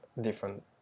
different